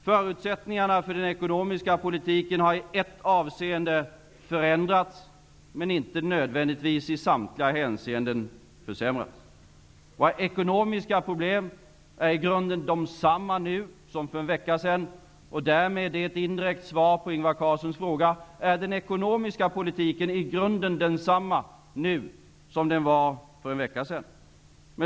Förutsättningarna för den ekonomiska politiken har i ett avseende förändrats, men inte nödvändigtvis i samtliga hänseenden försämrats. Våra ekonomiska problem är i grunden desamma nu som för en vecka sedan. Det är ett indirekt svar på Ingvar Carlssons fråga: Är den ekonomiska politiken i grunden densamma nu som den var för en vecka sedan?